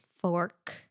fork